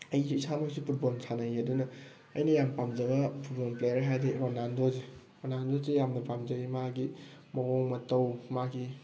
ꯑꯩꯁꯨ ꯏꯁꯥꯃꯛꯁꯨ ꯐꯨꯠꯕꯣꯜ ꯁꯥꯟꯅꯩꯌꯦ ꯑꯗꯨꯅ ꯑꯩꯅ ꯌꯥꯝ ꯄꯥꯝꯖꯕ ꯐꯨꯠꯕꯣꯜ ꯄ꯭ꯂꯦꯌꯥꯔ ꯍꯥꯏꯔꯗꯤ ꯔꯣꯅꯥꯜꯗꯣꯁꯦ ꯔꯣꯅꯥꯜꯗꯣꯁꯦ ꯌꯥꯝꯅ ꯄꯥꯝꯖꯩ ꯃꯥꯒꯤ ꯃꯑꯣꯡ ꯃꯇꯧ ꯃꯥꯒꯤ